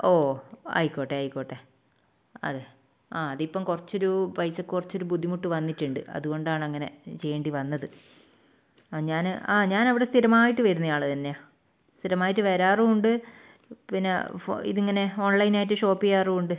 ഓ ആയിക്കോട്ടെ ആയിക്കോട്ടെ അതെ ആ അതിപ്പം കുറച്ചൊരു പൈസക്ക് കുറച്ചൊരു ബുദ്ധിമുട്ട് വന്നിട്ടുണ്ട് അതുകൊണ്ടാണ് അങ്ങനെ ചെയ്യേണ്ടി വന്നത് ആ ഞാൻ ആ ഞാൻ അവിടെ സ്ഥിരമായിട്ട് വരുന്ന ആള് തന്നെയാ സ്ഥിരമായിട്ട് വരാറും ഉണ്ട് പിന്നെ ഇതിങ്ങനെ ഓൺലൈൻ ആയിട്ട് ഷോപ്പ് ചെയ്യാറും ഉണ്ട്